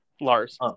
Lars